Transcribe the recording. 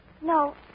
No